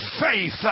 faith